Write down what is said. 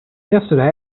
yesterday